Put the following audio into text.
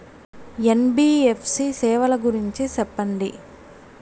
NBFC సేవల గురించి సెప్పండి?